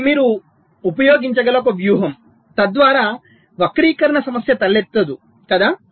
ఇది మీరు ఉపయోగించగల ఒక వ్యూహం తద్వారా వక్రీకరణ సమస్య తలెత్తదుకదా